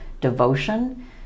devotion